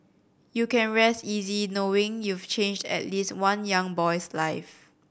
you can rest easy knowing you've changed at least one young boy's life